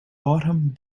bottom